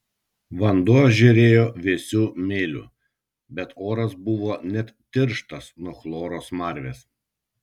vanduo žėrėjo vėsiu mėliu bet oras buvo net tirštas nuo chloro smarvės